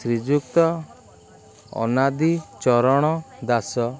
Shriyukta Anadi Charan Das